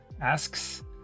asks